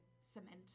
cement